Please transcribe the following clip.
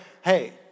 hey